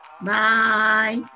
Bye